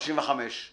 וחקיקה